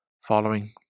Following